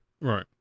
Right